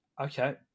Okay